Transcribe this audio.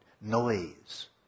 noise